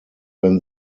when